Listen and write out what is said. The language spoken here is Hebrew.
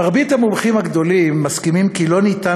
מרבית המומחים הגדולים מסכימים כי לא ניתן